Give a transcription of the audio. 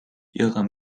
ihrer